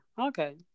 Okay